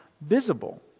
visible